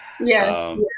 Yes